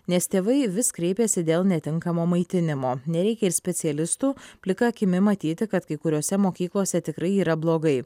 nes tėvai vis kreipiasi dėl netinkamo maitinimo nereikia ir specialistų plika akimi matyti kad kai kuriose mokyklose tikrai yra blogai